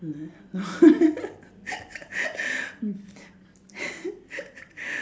mmhmm